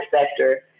sector